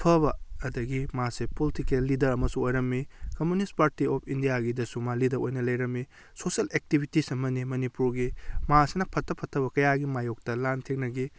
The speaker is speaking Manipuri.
ꯐꯕ ꯑꯗꯒꯤ ꯃꯥꯁꯦ ꯄꯣꯂꯤꯇꯤꯀꯦꯜ ꯂꯤꯗꯔ ꯑꯃꯁꯨ ꯑꯣꯏꯔꯝꯃꯤ ꯀꯝꯃꯨꯅꯤꯁ ꯄꯥꯔꯇꯤ ꯑꯣꯐ ꯏꯟꯗꯤꯌꯥꯒꯤꯗꯁꯨ ꯃꯥ ꯂꯤꯗꯔ ꯑꯣꯏꯅ ꯂꯩꯔꯝꯃꯤ ꯁꯣꯁꯤꯌꯦꯜ ꯑꯦꯛꯇꯤꯚꯤꯇꯤꯁ ꯑꯃꯅꯤ ꯃꯅꯤꯄꯨꯔꯒꯤ ꯃꯥ ꯑꯁꯤꯅ ꯐꯠꯇ ꯐꯠꯇꯕ ꯀꯌꯥꯒꯤ ꯃꯥꯏꯌꯣꯛꯇ ꯂꯥꯟ ꯊꯦꯡꯅꯈꯤ